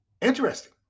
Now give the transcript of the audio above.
Interesting